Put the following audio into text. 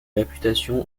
réputation